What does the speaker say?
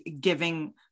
giving